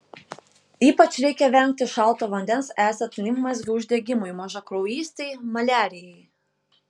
ypač reikia vengti šalto vandens esant limfmazgių uždegimui mažakraujystei maliarijai